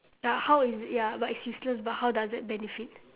like how is it ya but it's useless but how does it benefit